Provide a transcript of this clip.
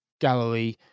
Galilee